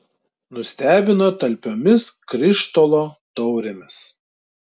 nustebino talpiomis krištolo taurėmis